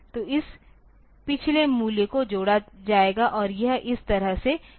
तो इस पिछले मूल्य को जोड़ा जाएगा और यह इस तरह से कर रहा होगा